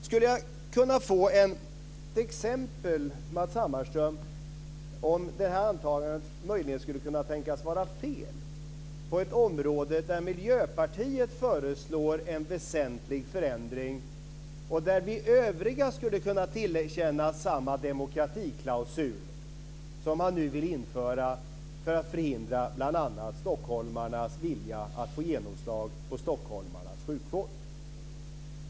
Skulle jag kunna få ett exempel, Matz Hammarström, om detta antagande möjligen skulle kunna tänkas vara fel på ett område där Miljöpartiet föreslår en väsentlig förändring, och där de övriga skulle kunna tillerkännas samma demokratiklausul som man nu vill införa för att förhindra bl.a. stockholmarnas vilja att få genomslag på stockholmarnas sjukvård?